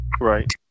Right